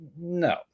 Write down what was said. No